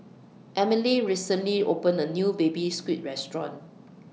Emelie recently opened A New Baby Squid Restaurant